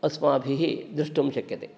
अस्माभिः द्रष्टुं शक्यते